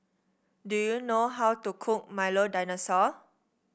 do you know how to cook Milo Dinosaur